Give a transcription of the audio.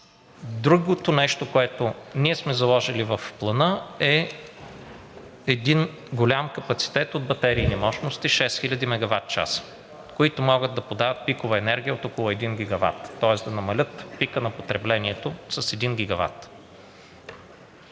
Другото нещо, което ние сме заложили в Плана, е един голям капацитет от батерийни мощности – 6000 мегаватчаса, които могат да подават пикова енергия от около 1 гигават, тоест да намалят пика на потреблението с 1 гигават.